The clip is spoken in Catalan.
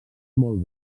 molt